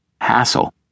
hassle